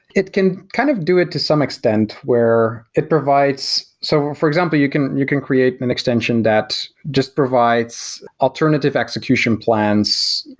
it can kind of do it to some extent where it provides so for example, you can you can create an extension that just provides alternative execution plans